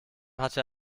hatte